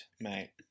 mate